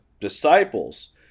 disciples